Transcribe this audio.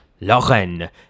Lorraine